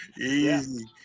easy